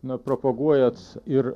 na propaguojat ir